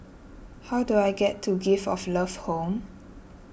how do I get to Gift of Love Home